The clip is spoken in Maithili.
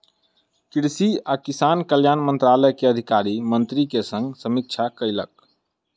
कृषि आ किसान कल्याण मंत्रालय के अधिकारी मंत्री के संग समीक्षा कयलक